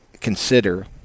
consider